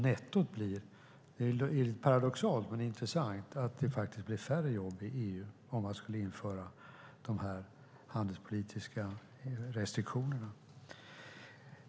Det är paradoxalt men intressant att det faktiskt blir färre jobb i EU om man skulle införa de här handelspolitiska restriktionerna.